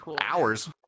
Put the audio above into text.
hours